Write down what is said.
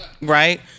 Right